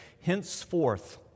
Henceforth